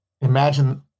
imagine